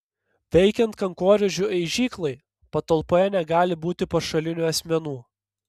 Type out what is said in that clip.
veikiant kankorėžių aižyklai patalpoje negali būti pašalinių asmenų